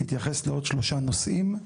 יתייחס לעוד שלושה נושאים.